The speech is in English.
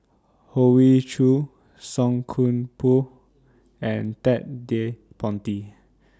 Hoey Choo Song Koon Poh and Ted De Ponti